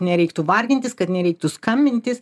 nereiktų vargintis kad nereiktų skambintis